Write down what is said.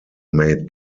made